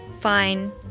fine